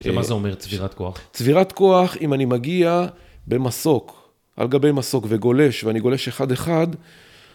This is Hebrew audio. ומה זה אומר צבירת כוח? צבירת כוח, אם אני מגיע במסוק על גבי מסוק וגולש ואני גולש אחד אחד